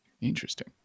Interesting